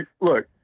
look